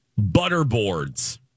Butterboards